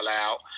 out